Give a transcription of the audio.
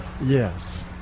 Yes